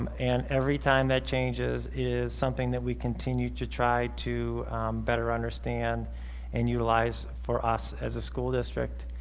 um and every time that changes is something that we continue to try to better understand and utilize for us as a school district